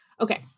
Okay